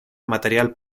material